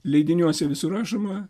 leidiniuose visur rašoma